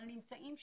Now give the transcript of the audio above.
אבל נמצאים שם.